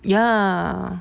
ya